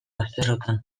bazterrotan